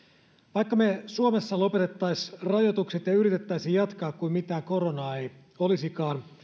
vaikka me suomessa lopettaisimme rajoitukset ja yrittäisimme jatkaa kuin mitään koronaa ei olisikaan